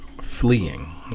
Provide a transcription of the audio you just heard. fleeing